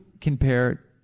compare